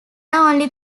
only